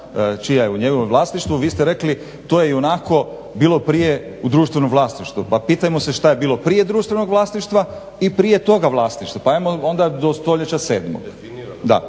čija je u njezinom vlasništvu, vi ste rekli to je ionako bilo prije u društvenom vlasništvu. Pa pitajmo se što je bilo prije društvenog vlasništva i prije toga vlasništva, pa hajmo onda do stoljeća sedmog.